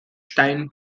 stein